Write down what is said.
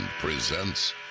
presents